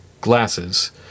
glasses